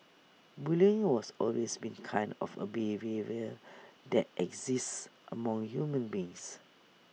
bullying was always been kind of A that exists among human beings